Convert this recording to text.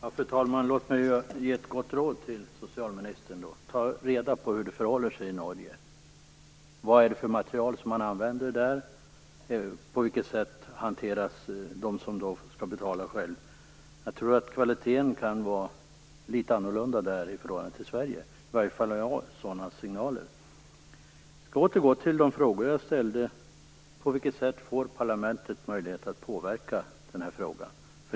Fru talman! Låt mig ge ett gott råd till socialministern: Tag reda på hur det förhåller sig i Norge! Vad är det för material man använder där? På vilket sätt hanteras dem som skall betala själva? Jag tror att kvaliteten kan vara litet annorlunda där i förhållande till Sverige. Jag har i alla fall sådana signaler. Jag skall återgå till de frågor jag ställde. På vilket sätt får parlamentet möjlighet att påverka i den här frågan?